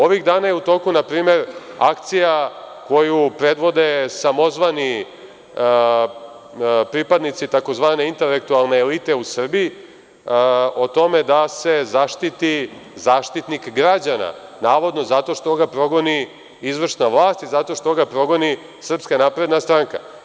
Ovih dana je u toku, na primer, akcija, koju predvode samozvani pripadnici takozvane intelektualne elite u Srbiji, o tome da se zaštiti zaštitnik građana, navodno zato što ga progoni izvršna vlast i zato što ga progoni SNS.